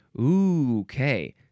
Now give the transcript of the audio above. Okay